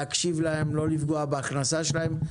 להקשיב להם, לא לפגוע בהכנסה שלהם.